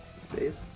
Space